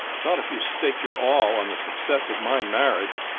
not if you staked your all on the success of my marriage.